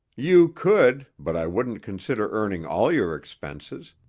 you could, but i wouldn't consider earning all your expenses.